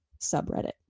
subreddit